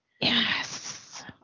Yes